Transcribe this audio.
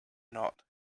not